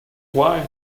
why